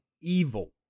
evil